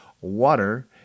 water